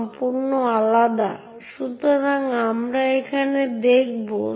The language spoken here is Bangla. এই পরিপ্রেক্ষিতে আরও দুটি গুরুত্বপূর্ণ ফাংশন হল sudo এবং su